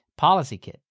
PolicyKit